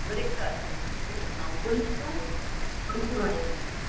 brick brick ऐं कुल्फ़ियूं कुल्फ़ियूं आहिनि